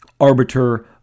arbiter